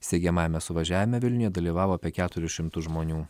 steigiamajame suvažiavime vilniuje dalyvavo apie keturis šimtus žmonių